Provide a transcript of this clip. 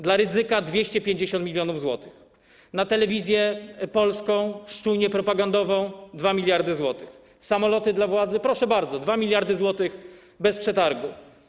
Dla Rydzyka 250 mln zł, na Telewizję Polską, szczujnię propagandową, 2 mld zł, samoloty dla władzy, proszę bardzo, 2 mld zł bez przetargu.